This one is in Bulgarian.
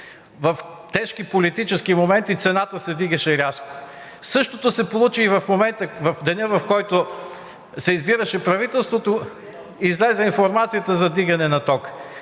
в тежки политически моменти цената се вдигаше рязко. Същото се получи и в момента – в деня, в който се избираше правителството, излезе информацията за вдигане на тока.